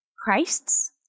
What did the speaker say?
Christ's